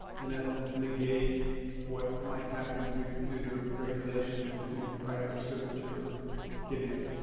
in essence, negate what might happen due due to regulations, if i understood what you were getting at?